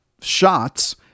shots